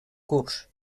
curts